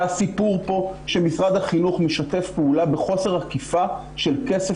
והסיפור פה הוא שמשרד החינוך משתף פעולה בחוסר אכיפה של כסף